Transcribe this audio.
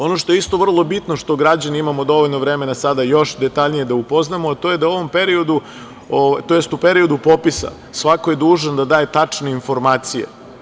Ono što je isto vrlo bitno, što građane imamo dovoljno vremena sada još detaljnije da upoznamo, to je da u periodu popisa svako je dužan da daje tačne informacije.